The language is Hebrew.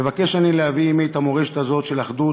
מבקש אני להביא עמי את המורשת הזו של אחדות,